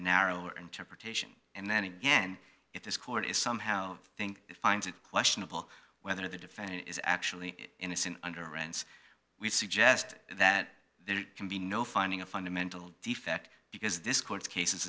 narrow interpretation and then again if this court is somehow think it finds it questionable whether the defendant is actually innocent under rents we suggest that there can be no finding a fundamental defect because this court cases